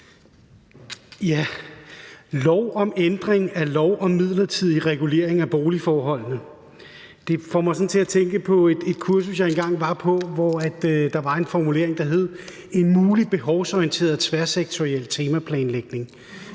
lov om ændring af lov om midlertidig regulering af boligforholdene – det får mig sådan til at tænke på et kursus, jeg engang var på, hvor der var en formulering, der hed: En mulig behovsorienteret tværsektoriel temaplanlægning.